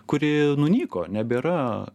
kuri nunyko nebėra